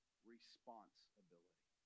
Responsibility